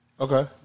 Okay